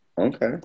Okay